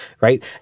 right